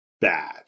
bad